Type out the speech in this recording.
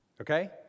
okay